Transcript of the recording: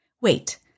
Wait